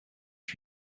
que